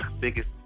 biggest